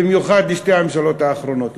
במיוחד לשתי הממשלות האחרונות,